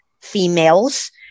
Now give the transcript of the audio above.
females